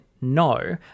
no